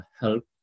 help